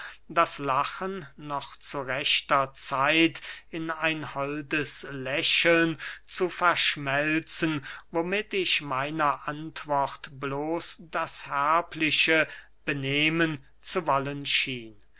das lachen noch zu rechter zeit in ein holdes lächeln zu verschmelzen womit ich meiner antwort bloß das herbliche benehmen zu wollen schien